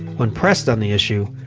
when pressed on the issue,